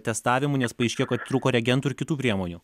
testavimų nes paaiškėjo kad trūko regentų ir kitų priemonių